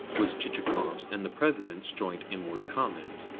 was chichikov's and the president's joint inward comment.